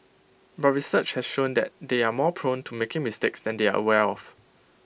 but research has shown that they are more prone to making mistakes than they are aware of